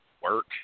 work